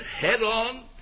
head-on